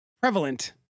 prevalent